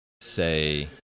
say